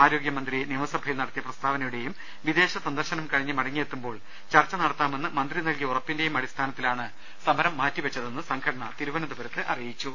ആരോഗ്യമന്ത്രി നിയമസ്ഭയിൽ നടത്തിയ പ്രസ്താവനയുടെയും വിദേശ സന്ദർശനം കഴിഞ്ഞ് മടങ്ങിയെത്തുമ്പോൾ ചർച്ച നടത്താമെന്ന് മന്ത്രി നൽകിയ ഉറപ്പിന്റെയും അടിസ്ഥാനത്തിലാണ് സമരം മാറ്റിവെച്ചതെന്ന് സംഘടന തിരുവനന്തപുരത്ത് അറിയിച്ചു